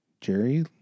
Jerry